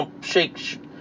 shake